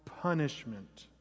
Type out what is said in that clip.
punishment